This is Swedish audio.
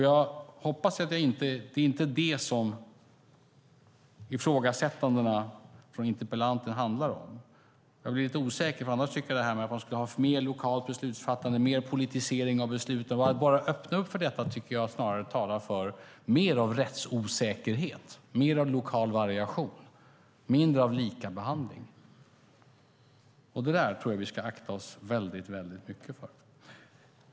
Jag hoppas att det inte är det som ifrågasättandena från interpellanten handlar om. Jag blev lite osäker. Att öppna upp för mer lokalt beslutsfattande och mer politisering av beslut tycker jag snarare talar för mer av rättsosäkerhet, mer av lokal variation och mindre av likabehandling. Det tror jag att vi ska akta oss noga för.